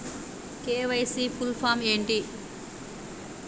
KYC full form ఏంటి?